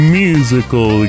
musical